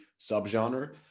subgenre